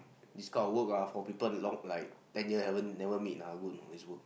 this called work ah people ten year never meet ah good know is good lah